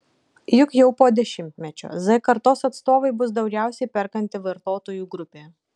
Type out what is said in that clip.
juk jau po dešimtmečio z kartos atstovai bus daugiausiai perkanti vartotojų grupė